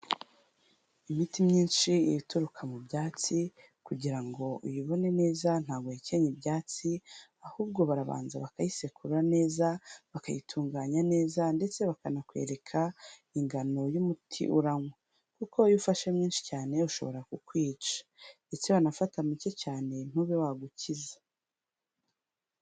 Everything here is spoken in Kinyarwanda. Imiti myinshi ituruka mu byatsi kugira ngo uyibone neza ntabwo uhekenya ibyatsi, ahubwo barabanza bakayisekura neza, bakayitunganya neza ndetse bakanakwereka ingano y'umuti uranywa kuko iyo ufashe mwinshi cyane ushobora ku kwica ndetse wanafata muke cyane ntube wagukiza.